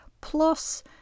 plus